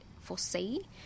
foresee